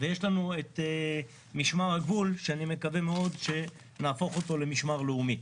ויש לנו משמר הגבול שאני מקווה מאוד שנהפוך אותו למשמר לאומי.